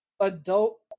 adult